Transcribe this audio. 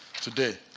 today